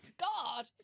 god